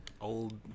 old